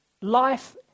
life